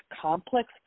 complex